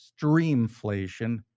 streamflation